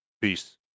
Peace